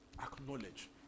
Acknowledge